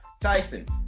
Tyson